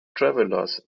travelers